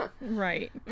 right